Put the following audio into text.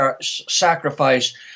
sacrifice